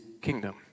kingdom